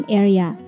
area